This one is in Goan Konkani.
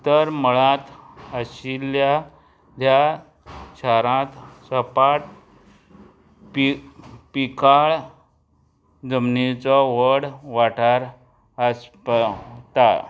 तर मळांत आशिल्ल्या ह्या शारांत सपाट पी पिकाळ जमनीचो व्हड वाठार आस्पावता